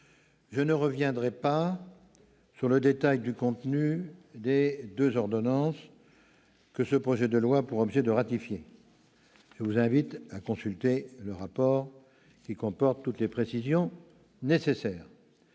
Je ne reviendrai pas sur le détail du contenu des deux ordonnances que le présent projet de loi a pour objet de ratifier : je vous invite à consulter le rapport, qui comporte toutes les précisions nécessaires.